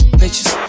bitches